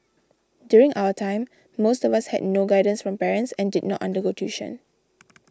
during our time most of us had no guidance from parents and did not undergo tuition